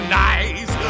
nice